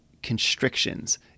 constrictions